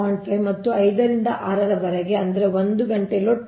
5 ಮತ್ತು 5 ರಿಂದ 6 ರವರೆಗೆ ಅಂದರೆ 1 ಗಂಟೆ ಲೋಡ್ 0